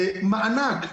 מענק.